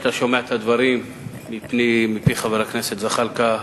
כשאתה שומע את הדברים מפי חבר הכנסת זחאלקה,